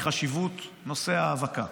מחשיבות נושא ההאבקה.